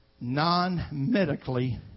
non-medically